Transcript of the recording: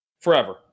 forever